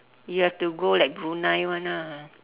you have to go like brunei one ah